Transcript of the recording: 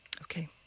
Okay